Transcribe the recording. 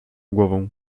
głową